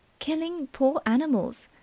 killing poor animals.